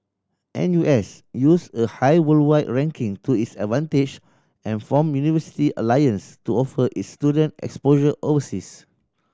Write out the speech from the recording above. N U S used a high worldwide ranking to its advantage and formed university alliance to offer its student exposure overseas